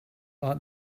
like